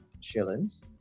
shillings